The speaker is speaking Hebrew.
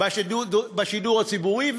בשידור הציבורי.